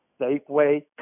Safeway